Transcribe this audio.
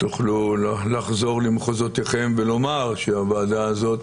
ותוכלו לחזור למחוזותיכם ולומר שהוועדה הזאת